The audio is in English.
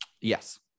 Yes